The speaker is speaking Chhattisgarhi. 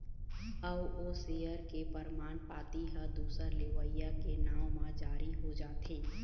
अउ ओ सेयर के परमान पाती ह दूसर लेवइया के नांव म जारी हो जाथे